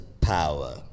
power